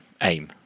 aim